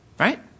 Right